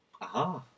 aha